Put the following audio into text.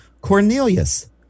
Cornelius